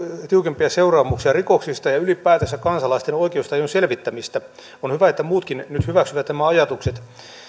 tiukempia seuraamuksia rikoksista ja ylipäätänsä kansalaisten oikeustajun selvittämistä on hyvä että muutkin nyt hyväksyvät nämä ajatukset